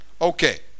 Okay